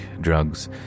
drugs